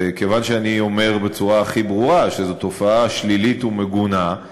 כיוון שאני אומר בצורה הכי ברורה שזו תופעה שלילית ומגונה,